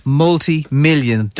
multi-million